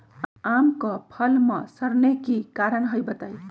आम क फल म सरने कि कारण हई बताई?